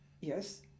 Yes